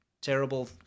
terrible